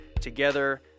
together